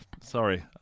sorry